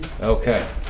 Okay